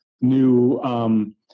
new